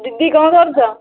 ଦିଦି କ'ଣ କରୁଛ